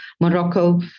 Morocco